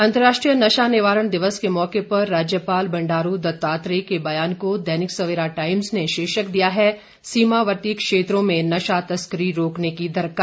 अंतरराष्ट्रीय नशा निवारण दिवस के मौके पर राज्यपाल बंडारू दत्तात्रेय के बयान को दैनिक सेवरा टाइम्स ने शीर्षक दिया है सीमावर्ती क्षेत्रों में नशा तस्करी रोकने की दरकार